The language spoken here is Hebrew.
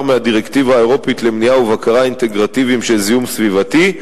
מהדירקטיבה האירופית למניעה ובקרה אינטגרטיביות של זיהום סביבתי,